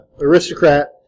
aristocrat